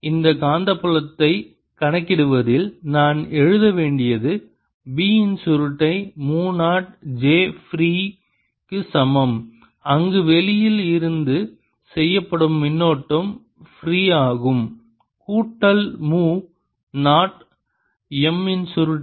எனவே இந்த காந்தப்புலத்தை கணக்கிடுவதில் நான் எழுத வேண்டியது B இன் சுருட்டை மு நாட் j ஃப்ரீ சமம் அங்கு வெளியில் இருந்து செய்யப்படும் மின்னோட்டம் ஃப்ரீ ஆகும் கூட்டல் மு நாட் M இன் சுருட்டை